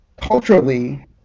culturally